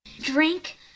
Drink